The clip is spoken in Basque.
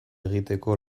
egiteko